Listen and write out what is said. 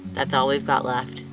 that's all we've got left.